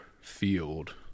field